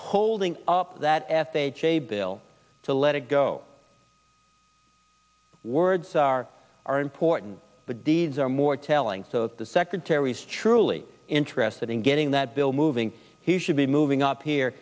holding up that f h a bill to let it go words are are important but deeds are more telling so if the secretary is truly interested in getting that bill moving he should be moving up here